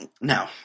No